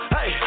Hey